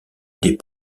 des